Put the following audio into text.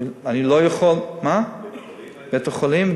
אני לא יכול, בית-החולים היה צריך?